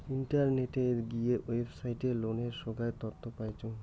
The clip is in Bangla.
ইন্টারনেটে গিয়ে ওয়েবসাইটে লোনের সোগায় তথ্য পাইচুঙ